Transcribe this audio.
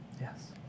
Yes